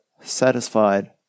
satisfied